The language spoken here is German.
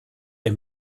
der